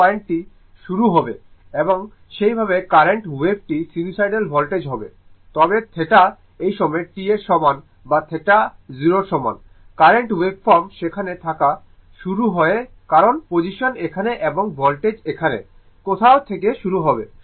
এই পয়েন্টটি শুরু হবে এবং সেই ভাবে কারেন্ট ওয়েভ টি সিনুসোইডাল ভোল্টেজ হবে তবে θ এই সময় t এর সমান বা θ 0 এর সমান কারেন্ট ওয়েভফর্ম সেখান থেকে শুরু হবে কারণ পজিশন এখানে এবং ভোল্টেজ এখানে কোথাও থেকে শুরু হবে